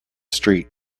street